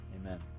Amen